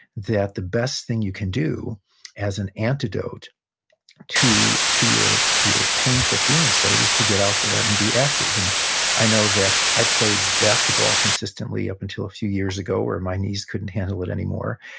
that the best thing you can do as an antidote to to your your painful feeling state is to get out there and be active. and i know that i played basketball consistently up until a few years ago, where my knees couldn't handle it anymore.